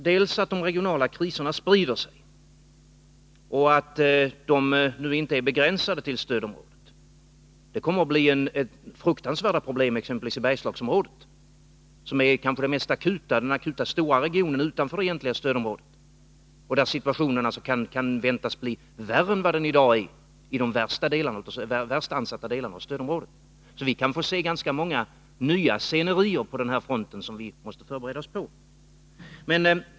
De regionala kriserna sprider sig nämligen och är nu inte begränsade till ssödområdena. Det kan komma att bli fruktansvärda problem exempelvis i Bergslagsområdet, som kanske är den mest akut drabbade stora regionen utanför det egentliga stödområdet. Där kan situationen väntas bli värre än vad den i dag är i de värst ansatta delarna av stödområdena. Vi kan få se ganska många scenerier på den här fronten som vi måste förbereda oss på.